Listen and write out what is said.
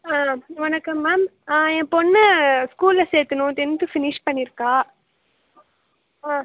வணக்கம் மேம் என் பொண்ணை ஸ்கூலில் சேர்க்கணும் டென்த்து ஃபினிஷ் பண்ணியிருக்கா ஆ